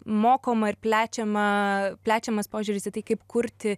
mokoma ir plečiama plečiamas požiūris į tai kaip kurti